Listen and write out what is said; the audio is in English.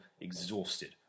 exhausted